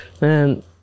man